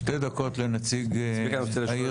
שתי דקות לנציג העיר